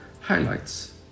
Highlights